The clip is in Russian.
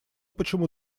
почему